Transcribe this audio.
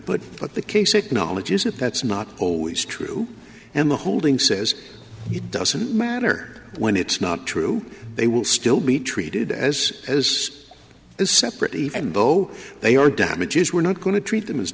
like the case acknowledges that that's not always true and the holding says it doesn't matter when it's not true they will still be treated as as separate even though they are damages we're not going to treat them as